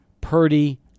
Purdy